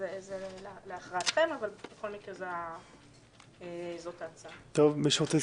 להתחיל לשנות סדרי בראשית בשביל לצאת עם כל מיני כותרות,